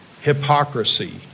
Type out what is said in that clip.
hypocrisy